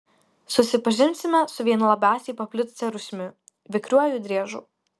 susipažinsime su viena labiausiai paplitusia rūšimi vikriuoju driežu